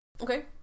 Okay